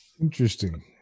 Interesting